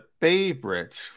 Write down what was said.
favorite